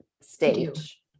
stage